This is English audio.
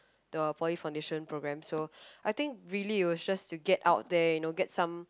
the poly foundation program so I think really it was just to get out there you know get some